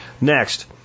Next